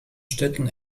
städten